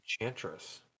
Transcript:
Enchantress